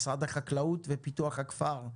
משרד החקלאות ופיתוח הכפר,